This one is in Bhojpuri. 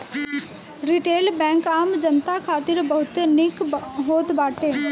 रिटेल बैंक आम जनता खातिर बहुते निक होत बाटे